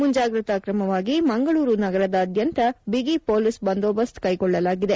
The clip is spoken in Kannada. ಮಂಜಾಗ್ರತಾ ಕ್ರಮವಾಗಿ ಮಂಗಳೂರು ನಗರಾದ್ಯಂತ ಬಿಗಿ ಪೋಲಿಸ್ ಬಂದೋಬಸ್ತ್ ಕೈಗೊಳ್ಳಲಾಗಿದೆ